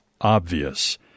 obvious